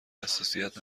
حساسیت